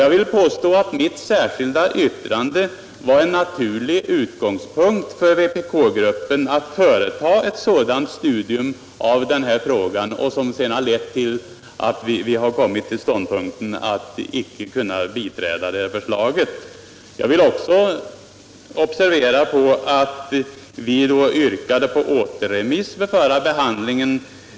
Jag vill påstå att mitt särskilda yttrande var en naturlig utgångspunkt för vpk att företa ett sådant studium av denna fråga. Vårt studium har lett till att vi kommit till ståndpunkten alt vi inte kan biträda detta förslag. Jag vill också peka på att vi under den förra riksdagsbehandlingen yrkade på återremiss.